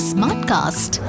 Smartcast